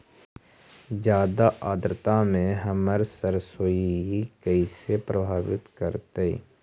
जादा आद्रता में हमर सरसोईय के कैसे प्रभावित करतई?